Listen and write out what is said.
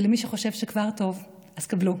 ולמי שחושב שכבר טוב, אז קבלו,